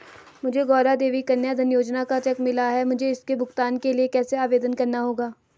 मुझे गौरा देवी कन्या धन योजना का चेक मिला है मुझे इसके भुगतान के लिए कैसे आवेदन करना होगा?